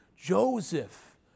Joseph